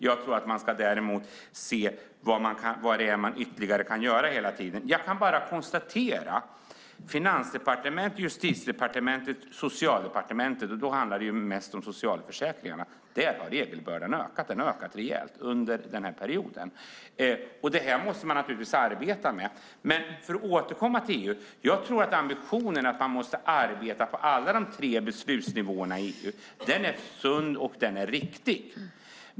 Jag tror att man däremot hela tiden ska se vad det är man ytterligare kan göra. Jag kan bara konstatera att i Finansdepartementet, Justitiedepartementet och Socialdepartementet - där handlar det mest om socialförsäkringarna - har regelbördan ökat rejält under perioden. Detta måste man naturligtvis arbeta med. För att återkomma till EU: Jag tror att ambitionen att man måste arbeta på alla de tre beslutsnivåerna i EU är sund och riktig.